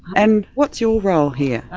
and what's your role here?